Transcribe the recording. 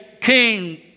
king